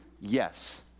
Yes